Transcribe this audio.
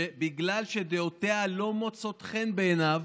שבגלל שדעותיה לא מוצאות חן בעיניו,